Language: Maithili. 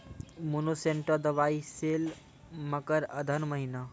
मोनसेंटो दवाई सेल मकर अघन महीना,